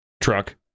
truck